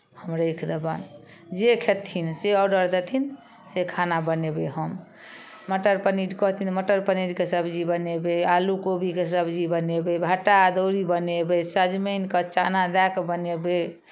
हम राखि देबनि जे खेथिन से ऑर्डर देथिन से खाना बनेबै हम मटर पनीर कहथिन मटर पनीरके सब्जी बनेबै आलू कोबिके सब्जी बनेबै भट्टा अदौड़ी बनेबै सजमनि कऽ चना दए कऽ बनेबै